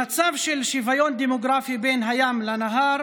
במצב של שוויון דמוגרפי בין הים לנהר,